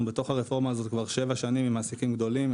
אנחנו בתוך הרפורמה הזו כבר שבע שנים עם מעסיקים גדולים.